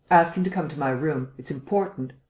ask him to come to my room. it's important.